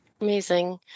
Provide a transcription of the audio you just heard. Amazing